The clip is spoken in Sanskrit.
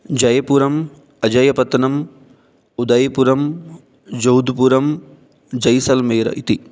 जयपुरम् अजयपत्नम् उदयपुरं जोधपुरं जय्सल्मेर इति